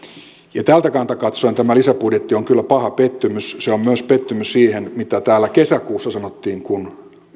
tältä kannalta katsoen tämä lisäbudjetti on kyllä paha pettymys se on myös pettymys siihen nähden mitä täällä kesäkuussa sanottiin kun